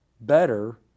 better